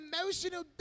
emotional